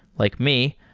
like me,